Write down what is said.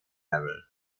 level